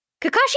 Kakashi